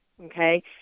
Okay